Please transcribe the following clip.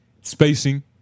spacing